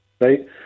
right